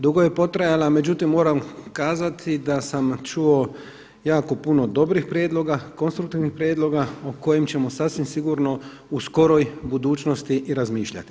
Dugo je potrajala, međutim moram kazati da sam čuo jako puno dobrih prijedloga, konstruktivnih prijedloga o kojim ćemo sasvim sigurno u skoroj budućnosti i razmišljati.